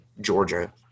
Georgia